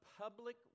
public